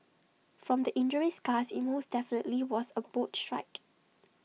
from the injury scars IT most definitely was A boat strike